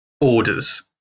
Orders